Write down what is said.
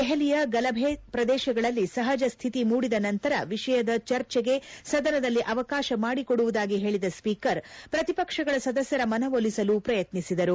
ದೆಹಲಿಯ ಗಲಭೆ ಪ್ರದೇಶಗಳಲ್ಲಿ ಸಹಜ ಸ್ಥಿತಿ ಮೂಡಿದ ನಂತರ ವಿಷಯದ ಚರ್ಚೆಗೆ ಸದನದಲ್ಲಿ ಅವಕಾಶ ಮಾಡಿಕೊಡುವುದಾಗಿ ಹೇಳಿದ ಸ್ವೀಕರ್ ಪ್ರತಿಪಕ್ಷಗಳ ಸದಸ್ಲರ ಮನವೊಲಿಸಲು ಯತ್ನಿಸಿದರು